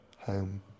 home